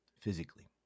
physically